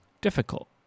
difficult